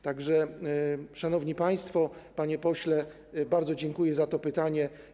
Tak że, szanowni państwo, panie pośle, bardzo dziękuję za to pytanie.